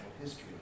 history